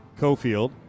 Cofield